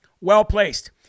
well-placed